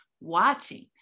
watching